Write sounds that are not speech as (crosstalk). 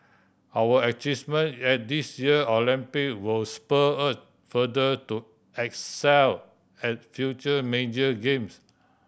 our (unintelligible) at this year Olympic will spur us further to excel at future major games